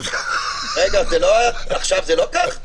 רגע, עכשיו זה לא כך?